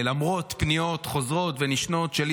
למרות פניות חוזרות ונשנות שלי,